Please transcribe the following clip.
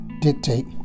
dictate